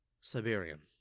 Siberian